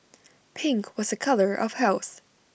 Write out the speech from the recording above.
pink was A colour of health